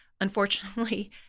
Unfortunately